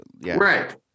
Right